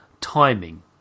timing